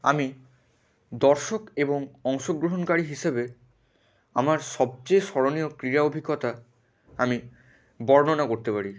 আমি দর্শক এবং অংশগ্রহণকারী হিসেবে আমার সবচেয়ে স্মরণীয় ক্রীড়া অভিজ্ঞতা আমি বর্ণনা করতে পারি